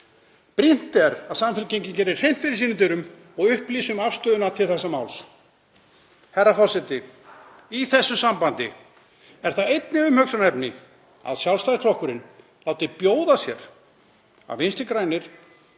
Brýnt er að Samfylkingin geri hreint fyrir sínum dyrum og upplýsi um afstöðuna til þessa máls. Herra forseti. Í þessu sambandi er það einnig umhugsunarefni að Sjálfstæðisflokkurinn láti bjóða sér að Vinstri grænir